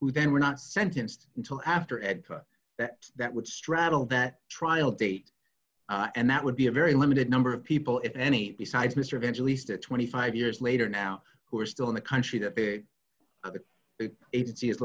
who then were not sentenced until after ed that that would straddle that trial date and that would be a very limited number of people if any besides mr eventually stood twenty five years later now who are still in the country to pay it agency is